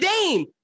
Dame